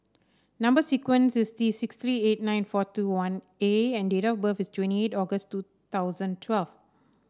number sequence is T six three eight nine four two one A and date of birth is twenty eight August two thousand twelve